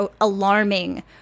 alarming